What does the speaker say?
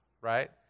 right